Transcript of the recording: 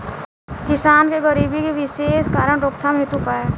किसान के गरीबी के विशेष कारण रोकथाम हेतु उपाय?